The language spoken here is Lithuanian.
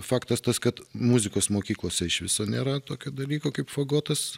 faktas tas kad muzikos mokyklose iš viso nėra tokio dalyko kaip fagotas